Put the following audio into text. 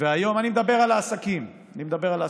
אני מדבר על העסקים.